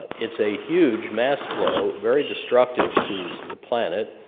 it's a huge mass flow very destructive to the planet,